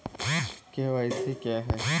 KYC क्या है?